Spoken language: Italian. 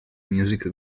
music